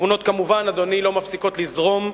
התמונות, כמובן, אדוני, לא מפסיקות לזרום,